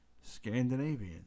Scandinavian